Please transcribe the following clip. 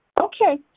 Okay